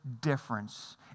difference